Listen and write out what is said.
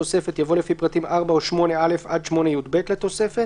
2), התש"ף.